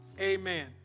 amen